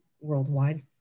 worldwide